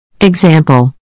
Example